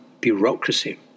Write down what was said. bureaucracy